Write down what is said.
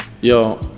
Yo